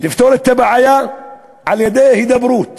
לפתור את הבעיה על-ידי הידברות